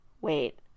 Wait